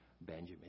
Benjamin